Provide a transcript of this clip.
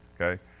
okay